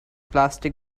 plastic